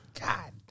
God